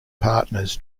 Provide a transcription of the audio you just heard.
partners